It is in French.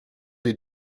des